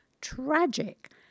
tragic